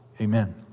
Amen